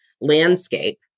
landscape